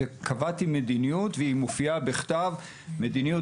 ואכן קבעתי מדיניות והיא מופיעה בכתב: ״מדיניות